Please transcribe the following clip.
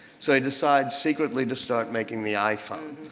so he decides secretly to start making the iphone.